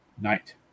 night